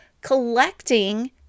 collecting